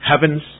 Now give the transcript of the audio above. heavens